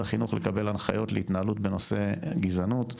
החינוך לקבל הנחיות להתנהלות בנושא גזענות.